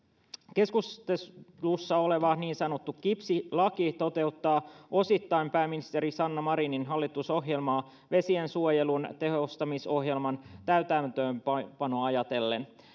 keskustelussa oleva niin sanottu kipsilaki toteuttaa osittain pääministeri sanna marinin hallitusohjelmaa vesiensuojelun tehostamisohjelman täytäntöönpanoa ajatellen